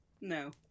No